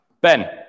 Ben